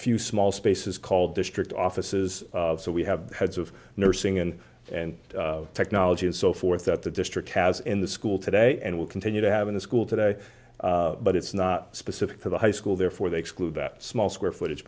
few small spaces called district offices so we have heads of nursing in and technology and so forth that the district has in the school today and will continue to have in the school today but it's not specific to the high school therefore they exclude that small square footage